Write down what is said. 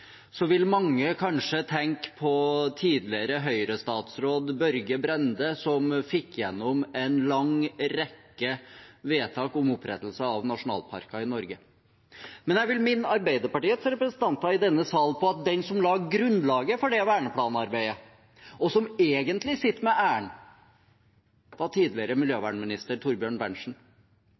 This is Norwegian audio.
vil mange kanskje tenke på tidligere Høyre-statsråd Børge Brende, som fikk igjennom en lang rekke vedtak om opprettelse av nasjonalparker i Norge, men jeg vil minne Arbeiderpartiets representanter i denne salen om at den som la grunnlaget for det verneplanarbeidet, og som egentlig sitter med æren, er tidligere miljøvernminister Torbjørn